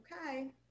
Okay